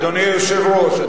אדוני היושב-ראש,